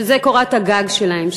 שזה קורת הגג שלהם,